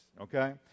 okay